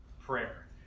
prayer